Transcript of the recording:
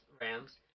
Rams